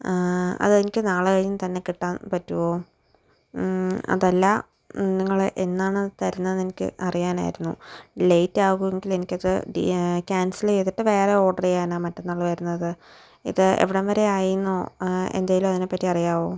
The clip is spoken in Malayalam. അത് എനിക്ക് നാളെ കഴിഞ്ഞ് തന്നെ കിട്ടാൻ പറ്റുമോ അതല്ല നിങ്ങൾ എന്നാണ് തരുന്നെ എന്നെനിക്ക് അറിയാനായിരുന്നു ലേറ്റാവുമെങ്കിൽ എനിക്ക് അത് ക്യാൻസൽ ചെയ്തിട്ട് വേറെ ഓർടർ ചെയ്യാനാണ് മറ്റെന്നാൾ വരുന്നത് ഇത് എവിടം വരെ ആയി എന്നോ എന്തെങ്കിലും അതിനെപ്പറ്റി അറിയാമോ